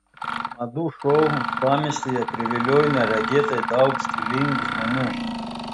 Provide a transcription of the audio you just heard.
madų šou uostamiestyje priviliojo neregėtai daug stilingų žmonių